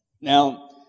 Now